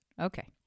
Okay